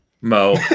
Mo